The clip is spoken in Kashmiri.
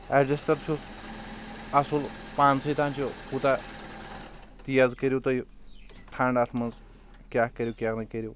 ایٚڈجسٹر چھُس اصل پانسے تام چھُ کوٗتاہ تیز کٔرو تُہۍ ٹھنڈٕ اتھ منٛز کیٛاہ کٔرو کیٛاہ نہٕ کٔرو